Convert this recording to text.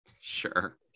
Sure